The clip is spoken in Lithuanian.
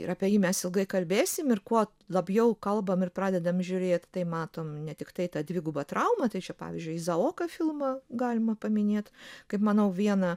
ir apie jį mes ilgai kalbėsim ir kuo labiau kalbam ir pradedam žiūrėt tai matom ne tiktai tą dvigubą traumą tai čia pavyzdžiui izaoką filmą galima paminėt kaip manau vieną